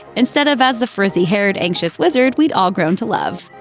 instead of as the frizzy-haired, anxious wizard we'd all grown to love.